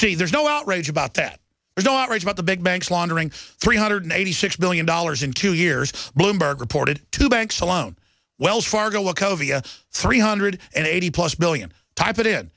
t there's no outrage about that is not right about the big banks laundering three hundred eighty six billion dollars in two years bloomberg reported to banks alone wells fargo loco via three hundred and eighty plus billion type in